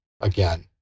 again